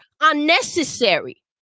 unnecessary